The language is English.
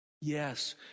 Yes